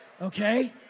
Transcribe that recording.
okay